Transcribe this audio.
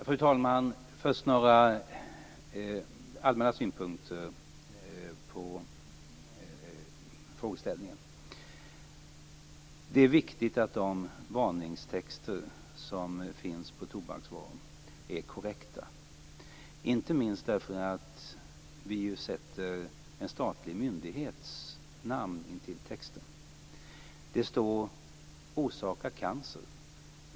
Fru talman! Först några allmänna synpunkter på frågeställningen. Det är viktigt att de varningstexter som finns på tobaksvaror är korrekta, inte minst därför att vi sätter en statlig myndighets namn intill texten.